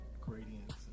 gradients